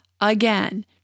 again